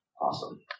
Awesome